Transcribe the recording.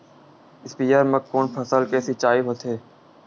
स्पीयर म कोन फसल के सिंचाई होथे?